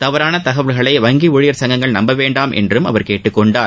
தவறான தகவல்களை வங்கி ஊழியர் சங்கங்கள் நம்ப வேண்டாம் என்றும் அவர் கேட்டுக் கொண்டார்